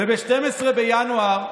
וב-12 בינואר,